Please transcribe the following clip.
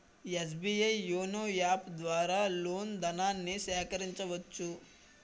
SBI YONO app ద్వారా loan ధనాన్ని సేకరించవచ్చు